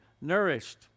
nourished